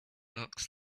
looks